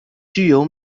具有